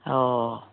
ꯑꯣ